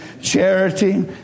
Charity